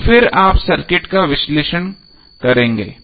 और फिर आप सर्किट का विश्लेषण करेंगे